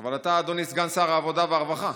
אבל אתה, אדוני, סגן שר העבודה והרווחה.